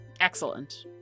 Excellent